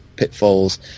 pitfalls